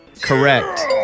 Correct